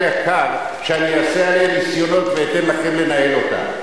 יקר מכדי שאני אעשה עליה ניסיונות ואתן לכם לנהל אותה.